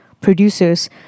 producers